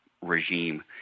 regime